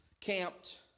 camped